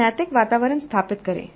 एक नैतिक वातावरण स्थापित करें